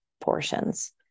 portions